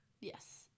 Yes